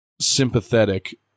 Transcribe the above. sympathetic